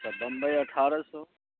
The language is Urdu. تا بمبئی اٹھارہ سو